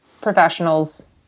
professionals